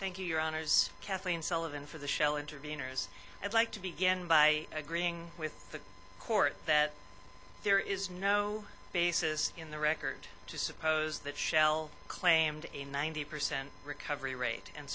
thank you your honors kathleen sullivan for the shell intervenors i'd like to begin by agreeing with the court that there is no basis in the record to suppose that shell claimed a ninety percent recovery rate and